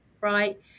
right